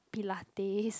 pilates